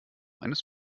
eines